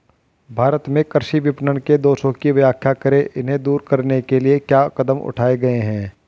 भारत में कृषि विपणन के दोषों की व्याख्या करें इन्हें दूर करने के लिए क्या कदम उठाए गए हैं?